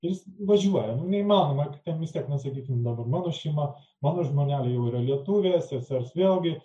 jis važiuoja nu neįmanoma vis tiek na sakykim dabar mano šeima mano žmonelė jau yra lietuvė sesers vėlgi